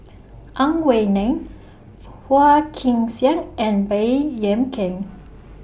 Ang Wei Neng Phua Kin Siang and Baey Yam Keng